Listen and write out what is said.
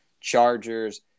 Chargers